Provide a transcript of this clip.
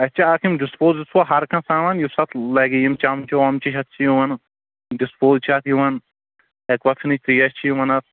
اَسہِ چھ اَکھ یِم ڈِسپوز وِسپوز ہر کانٛہہ سامان یُس اَتھ لگہِ یِم چمچہٕ ومچہٕ ہیٚتھ چھِ یِوان ڈِسپوز چھِ اَتھ یِوان ایٚکوا فِنٕچ ترٛیش چھ یِوان اَتھ